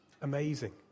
amazing